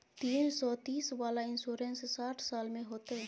तीन सौ तीस वाला इन्सुरेंस साठ साल में होतै?